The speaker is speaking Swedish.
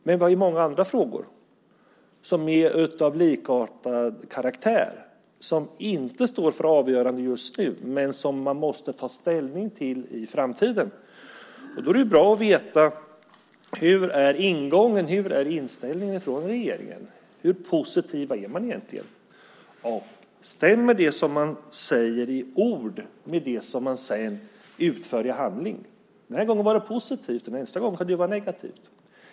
Men vi har ju många andra frågor som är av likartad karaktär, som inte står för avgörande just nu men som man måste ta ställning till i framtiden. Då är det ju bra att veta hur inställningen är från regeringen. Hur positiv är man egentligen? Stämmer det som man säger i ord med det som man sedan utför i handling? Den här gången var det positivt, men nästa gång kan det ju vara negativt.